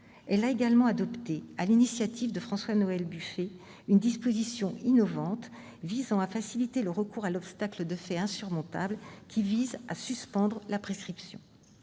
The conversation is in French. Elle a également adopté, sur l'initiative de François-Noël Buffet, une disposition innovante visant à faciliter le recours à l'obstacle de fait insurmontable, qui vise à suspendre la prescription.